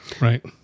Right